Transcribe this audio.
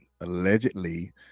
allegedly